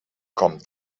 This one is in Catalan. com